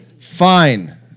Fine